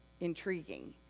intriguing